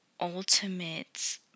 ultimate